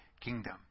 kingdom